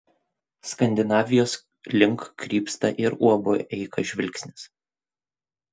skandinavijos link krypsta ir uab eika žvilgsnis